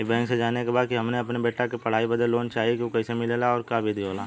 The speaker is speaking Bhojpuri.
ई बैंक से जाने के बा की हमे अपने बेटा के पढ़ाई बदे लोन चाही ऊ कैसे मिलेला और का विधि होला?